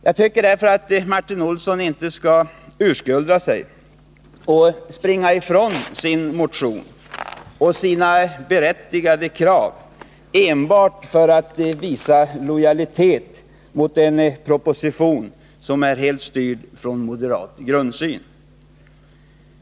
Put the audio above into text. Jag tycker därför att Martin Olsson inte skall urskulda sig och springa ifrån Nr 55 sin motion och sina berättigade krav enbart för att visa lojalitet mot en proposition som är helt styrd från moderat grundsyn.